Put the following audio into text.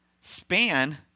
span